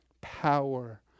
power